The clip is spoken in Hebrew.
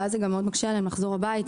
ואז זה גם מאוד מקשה עליהם לחזור הביתה,